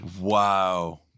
Wow